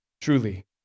truly